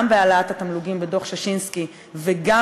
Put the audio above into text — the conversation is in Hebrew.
גם בהעלאת התמלוגים בדוח ששינסקי וגם